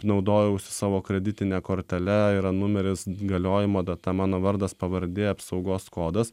naudojausi savo kreditine kortele yra numeris galiojimo data mano vardas pavardė apsaugos kodas